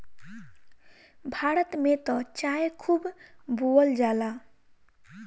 भारत में त चाय खूब बोअल जाला